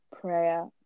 prayer